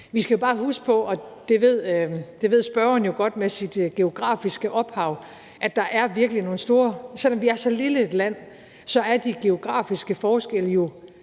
Vi skal bare huske på, og det ved spørgeren jo godt med sin geografiske baggrund, at selv om vi er så lille et land, er de geografiske forskelle